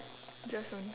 just only